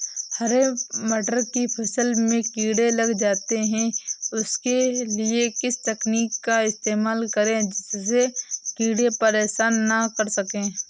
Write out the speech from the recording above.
हरे मटर की फसल में कीड़े लग जाते हैं उसके लिए किस तकनीक का इस्तेमाल करें जिससे कीड़े परेशान ना कर सके?